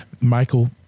Michael